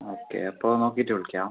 okay അപ്പോൾ നോക്കിയിട്ട് വിളിക്കാം